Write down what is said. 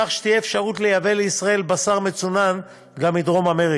כך שתהיה אפשרות לייבא לישראל בשר מצונן גם מדרום-אמריקה.